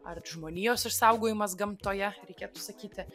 ar žmonijos išsaugojimas gamtoje reikėtų sakyti